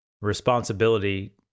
responsibility